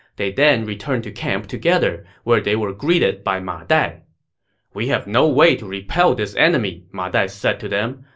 they then returned to camp together, where they were greeted by ma dai we have no way to repel this enemy, ma dai said to them.